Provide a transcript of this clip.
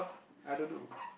I don't know